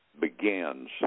begins